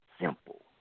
Simple